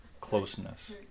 closeness